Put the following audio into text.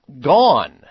gone